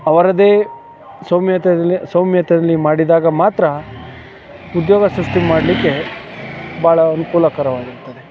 ಅವರದೇ ಸೌಮ್ಯತೆದಲ್ಲಿ ಸೌಮ್ಯತೆಯಲ್ಲಿ ಮಾಡಿದಾಗ ಮಾತ್ರ ಉದ್ಯೋಗ ಸೃಷ್ಟಿ ಮಾಡಲಿಕ್ಕೆ ಭಾಳ ಅನುಕೂಲಕರವಾಗಿರುತ್ತದೆ